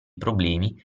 problemi